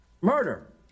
murder